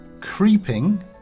creeping